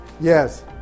Yes